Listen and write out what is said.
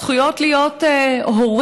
זכויות להיות הורים,